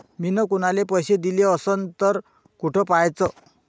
मिन कुनाले पैसे दिले असन तर कुठ पाहाचं?